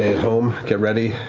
home, get ready,